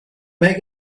make